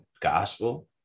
gospel